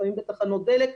לפעמים בתחנות דלק,